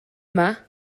yma